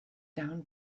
down